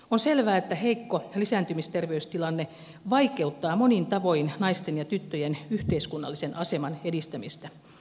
on selvää että heikko lisääntymisterveystilanne vaikeuttaa monin tavoin naisten ja tyttöjen yhteiskunnallisen aseman edistämistä